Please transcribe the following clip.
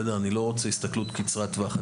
אני לא רוצה הסתכלות קצרת טווח,